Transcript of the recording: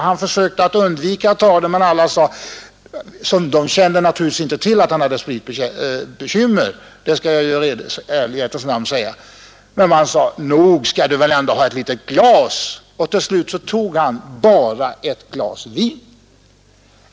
Han försökte undvika att ta något, men alla sade — de kände naturligtvis inte till att han hade spritbekymmer — ”Nog skall du väl ändå ha ett litet glas?” Till slut tog han ”bara” ett glas vin.